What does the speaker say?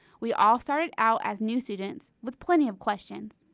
we all started out as new students with plenty of questions,